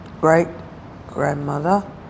great-grandmother